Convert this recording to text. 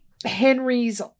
henry's